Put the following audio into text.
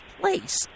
place